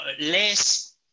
less